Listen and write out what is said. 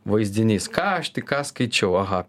vaizdinys ką aš tik ką skaičiau aha